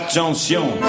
Attention